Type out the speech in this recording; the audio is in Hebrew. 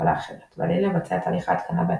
הפעלה אחרת ועליהם לבצע את תהליך ההתקנה בעצמם,